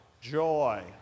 Joy